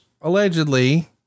allegedly